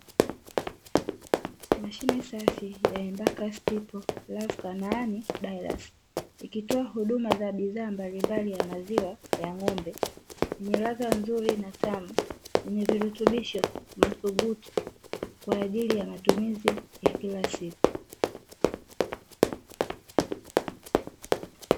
Mashine safi ya Embakasi People Love Kanaani Dairasi ikitoa huduma za bidhaa mbalimbali za maziwa ya ng'ombe yenye radha nzuri na tamu, yenye virutubisho madhubuti kwa ajili ya matumizi ya kila siku.